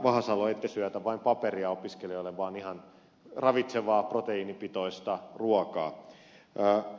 vahasalo ette syötä vain paperia opiskelijoille vaan ihan ravitsevaa proteiinipitoista ruokaa